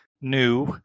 new